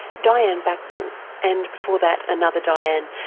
diane backwell and before that another diane,